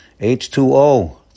H2O